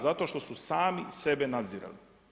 Zato što su sami sebe nadzirali.